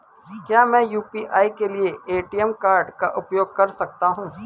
क्या मैं यू.पी.आई के लिए ए.टी.एम कार्ड का उपयोग कर सकता हूँ?